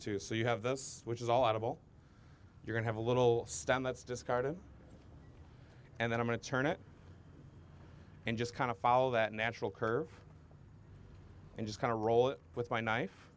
to see you have this which is all out of all your and have a little stand that's discarded and then i'm going to turn it and just kind of follow that natural curve and just kind of roll it with my knife